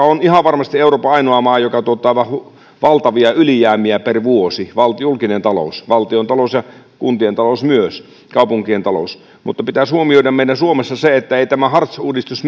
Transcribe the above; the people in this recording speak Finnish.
on ihan varmasti euroopan ainoa maa joka tuottaa aivan valtavia ylijäämiä per vuosi julkinen talous valtiontalous ja kuntien ja kaupunkien talous myös mutta meidän pitäisi huomioida suomessa se että ei tämä hartz uudistus